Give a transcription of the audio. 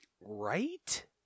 Right